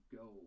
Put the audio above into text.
go